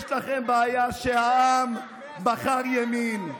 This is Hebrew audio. יש לכם בעיה שהעם בחר ימין.